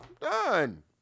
Done